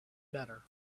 better